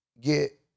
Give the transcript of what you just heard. get